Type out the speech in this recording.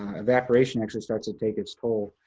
evaporation actually starts to take its toll.